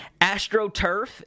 AstroTurf